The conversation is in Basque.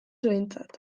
behintzat